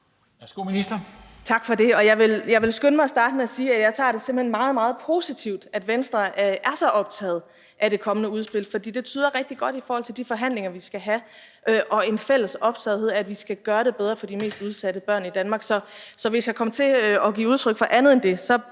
vil skynde mig at starte med at sige, at jeg simpelt hen tager det meget, meget positiv, at Venstre er så optaget af det kommende udspil, fordi det tyder rigtig godt i forhold til de forhandlinger, vi skal have, og på en fælles optagethed af, at vi skal gøre det bedre for de mest udsatte børn i Danmark. Så hvis jeg kom til at give udtryk for andet end det, så